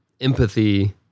empathy